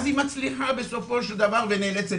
אז היא מצליחה בסופו של דבר ונאלצת